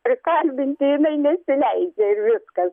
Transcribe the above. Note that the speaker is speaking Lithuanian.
prikalbinti jinai nesileidžia ir viskas